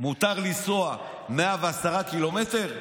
שמותר לנסוע 110 קילומטרים,